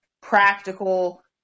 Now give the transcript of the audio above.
practical